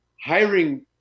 hiring